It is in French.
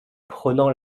prenant